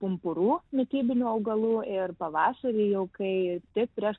pumpurų mitybinių augalų ir pavasarį jau kai taip prieš